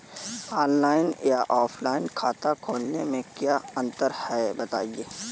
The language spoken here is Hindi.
ऑनलाइन या ऑफलाइन खाता खोलने में क्या अंतर है बताएँ?